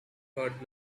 heard